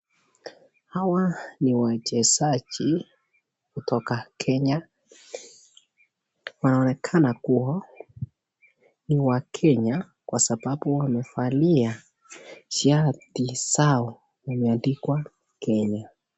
Hawa ni wachezaji kutoka Kenya, wanaonekana kuwa ni wakenya kwa sababu wamevalia shati zao imeandikwa Kenya.